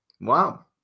Wow